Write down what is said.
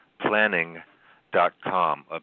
planning.com